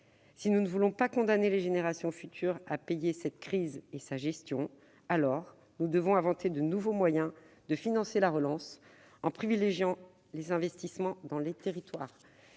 Si nous ne voulons pas condamner les générations futures à payer cette crise et sa gestion, nous devons inventer de nouveaux moyens de financer la relance en privilégiant les investissements dans les territoires.